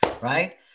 right